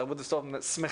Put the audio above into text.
התרבות והספורט שמחה